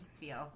feel